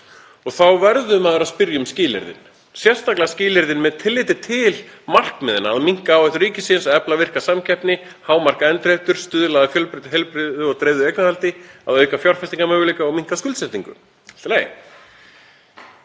Þá verður maður að spyrja um skilyrðin, sérstaklega skilyrðin með tilliti til markmiðanna um að minnka áhættu ríkisins, að efla virka samkeppni, hámarka endurheimtur, stuðla að fjölbreyttu, heilbrigðu og dreifðu eignarhaldi, að auka fjárfestingarmöguleika og minnka skuldsetningu. Allt í lagi.